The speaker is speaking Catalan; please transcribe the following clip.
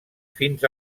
fins